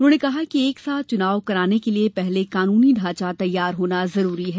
उन्होंने कहा कि एकसाथ चुनाव कराने के लिए पहले कानूनी ढांचा तैयार होना जरूरी है